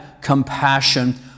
compassion